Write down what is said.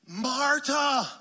Marta